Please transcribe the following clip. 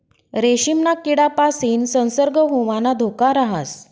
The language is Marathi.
रेशीमना किडापासीन संसर्ग होवाना धोका राहस